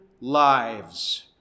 lives